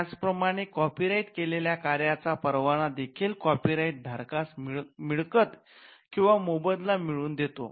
त्याचप्रमाणे कॉपीराइट केलेल्या कार्याचा परवाना देखील कॉपीराइट धारकास मिळकत किंवा मोबदला मिळवून देतो